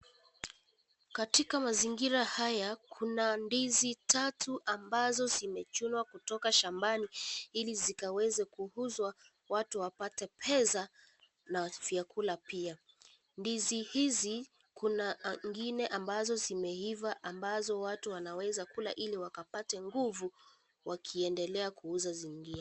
Katika mazingira haya kuna ndizi tatu ambazo zimechunwa kutoka shambani ili zikaweze kuuzwa watu wapate pesa na vyakula pia. Ndizi hizi kuna ingine anbazo zimeiva ambazo watu wanaweza kula ili wakapate nguvu wakiendelea kuuza zingine.